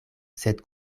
sed